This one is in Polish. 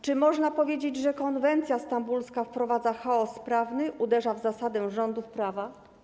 Czy można powiedzieć, że konwencja stambulska wprowadza chaos prawny, uderza w zasadę rządów prawa?